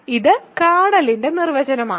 ഇത് കേർണലിന്റെ നിർവചനമാണ്